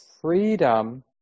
freedom